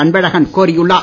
அன்பழகன் கோரியுள்ளார்